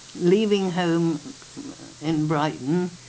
leaving home in brighton